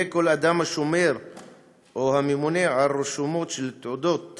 יהא כל אדם השומר או הממונה על רשומות או תעודות